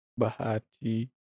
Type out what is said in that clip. Bahati